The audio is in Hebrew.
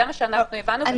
זה מה שאנחנו הבנו.